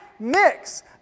mix